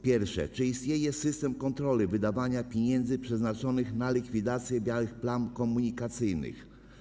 Pierwsze: Czy istnieje system kontroli wydawania pieniędzy przeznaczonych na likwidację białych plam komunikacyjnych?